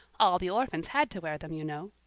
all the orphans had to wear them, you know.